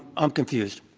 i'm confused.